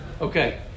Okay